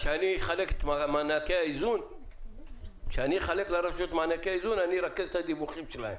כשאני אחלק את מענקי האיזון לרשויות אני ארכז את הדיווחים שלהן.